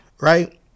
right